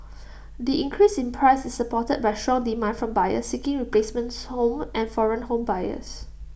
the increase in price is supported by strong demand from buyers seeking replacement homes and foreign home buyers